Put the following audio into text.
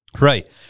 Right